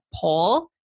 pull